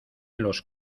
los